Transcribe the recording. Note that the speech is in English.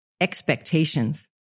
expectations